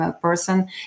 person